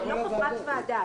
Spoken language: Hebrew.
היא לא חברת ועדה.